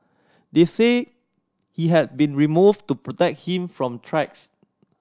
they say he had been removed to protect him from threats